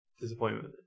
disappointment